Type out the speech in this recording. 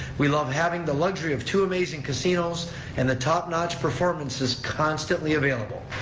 we love having the luxury of two amazing casinos and the top notch performances constantly available.